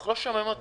לא שומעים.